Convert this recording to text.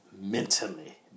mentally